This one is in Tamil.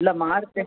இல்லை மார்க்கு